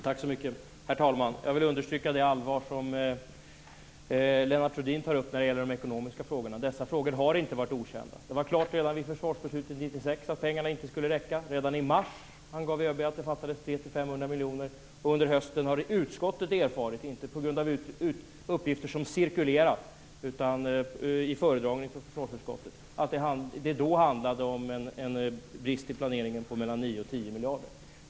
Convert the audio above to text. Herr talman! Jag vill understryka det allvar som Lennart Rohdin gav uttryck för när det gäller de ekonomiska frågorna. Dessa problem har inte varit okända. Det var klart redan inför försvarsbeslutet 1996 att pengarna inte skulle räcka. I mars angav ÖB att det fattades 300-500 miljoner. Under hösten har utskottet erfarit - inte på grund av uppgifter som har cirkulerat utan genom en föredragning för försvarsutskottet - att det då handlande om en brist på mellan 9 och 10 miljarder.